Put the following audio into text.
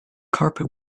carpet